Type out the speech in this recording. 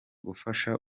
gufasha